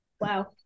Wow